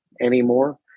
anymore